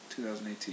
2018